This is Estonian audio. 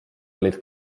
olid